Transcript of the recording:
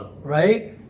Right